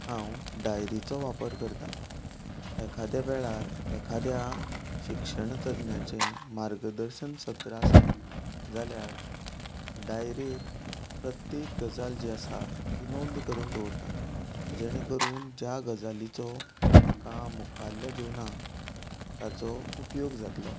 हांव डायरिचो वापर करता एखाद्या वेळार एखाद्या शिक्षण तज्ञाचें मार्गदर्शन सत्र आसा जाल्या डायरीर प्रत्येक गजाल जी आसा ती नोंद करून दवरता जेणे करून ज्या गजालीचो म्हाका मुखारल्या जिवनांत ताजो उपयोग जातलो